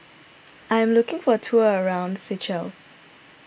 I am looking for a tour around Seychelles